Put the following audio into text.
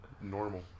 normal